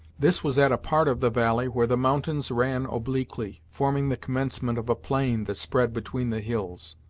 this was at a part of the valley where the mountains ran obliquely, forming the commencement of a plain that spread between the hills,